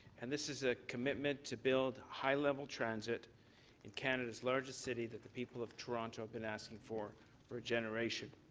and this is a commitment to build high level transit in canada's largest city that the people of toronto have been asking for for generation.